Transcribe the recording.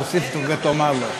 תוסיף ותאמר לו.